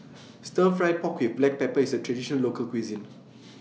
Stir Fry Pork with Black Pepper IS A Traditional Local Cuisine